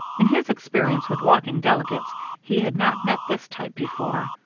in his experience with walking delegates he had not met this type before.